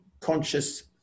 conscious